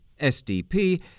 SDP